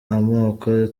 amoko